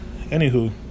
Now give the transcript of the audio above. Anywho